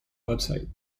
website